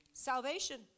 salvation